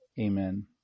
Amen